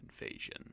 invasion